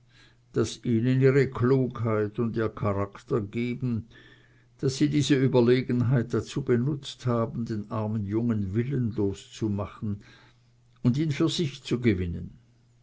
das ihnen ihre klugheit und ihr charakter gegeben daß sie diese überlegenheit dazu benutzt haben den armen jungen willenlos zu machen und ihn für sich zu gewinnen